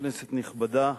כנסת נכבדה,